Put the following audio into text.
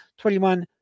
21